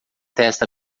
testa